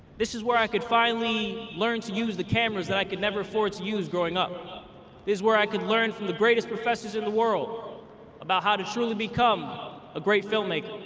this is where i could finally learn to use the cameras that i could never afford to use growing up. this but is where i could learn from the greatest professors in the world about how to truly become a great filmmaker.